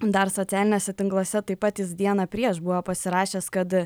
dar socialiniuose tinkluose taip pat jis dieną prieš buvo pasirašęs kad